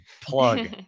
plug